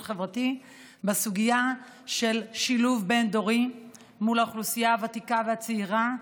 חברתי בסוגיה של שילוב בין-דורי של האוכלוסייה הוותיקה והצעירה.